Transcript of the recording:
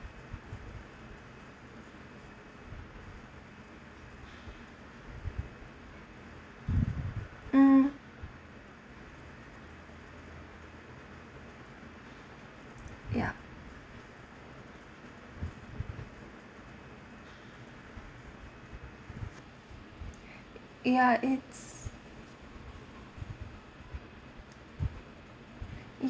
mm ya ya it's it